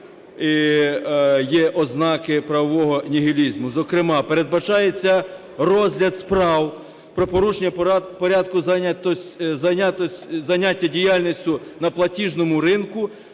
є ознаки правового нігілізму. Зокрема, передбачається розгляд справ про порушення порядку зайняття діяльністю на платіжному ринку